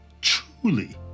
Truly